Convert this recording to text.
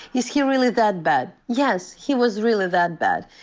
is he really that bad? yes. he was really that bad.